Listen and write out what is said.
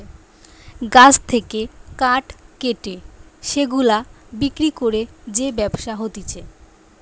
গাছ থেকে কাঠ কেটে সেগুলা বিক্রি করে যে ব্যবসা হতিছে